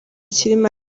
kirimo